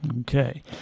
Okay